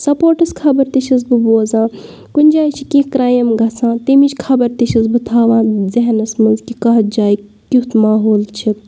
sports خبَر تہِ چھس بہٕ بوزان کُنہِ جایہِ چھ کیٚنٛہہ کرایم گژھان تمِچ خبَر تہِ چھَس بہٕ تھاوان زہنَس منٛز کہِ کَتھ جایہِ کیُتھ ماحول چھُ